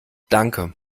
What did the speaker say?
danke